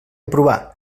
aprovar